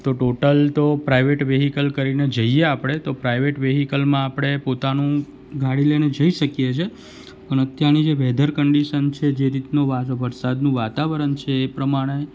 તો ટોટલ તો private vehicle કરીને જઈએ આપણે તો પ્રાઈવેટ વિહીકલમાં આપણે પોતાનું ગાડી લઈ શકીએ છીએ અને એનું ત્યાંની વેધર કન્ડિશન છે જે રીતનું વરસાદનું વાતાવરણ છે એ પ્રમાણે